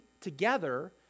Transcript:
together